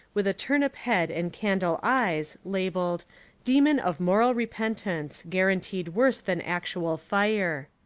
with a turnip head and candle eyes, labelled demon of moral repentance, guaranteed worse than actual fire.